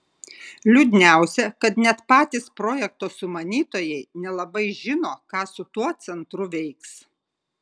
liūdniausia kad net patys projekto sumanytojai nelabai žino ką su tuo centru veiks